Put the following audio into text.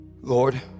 Lord